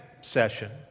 session